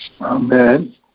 Amen